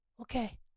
Okay